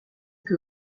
que